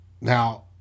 Now